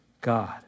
God